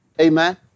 Amen